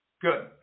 Good